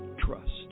trust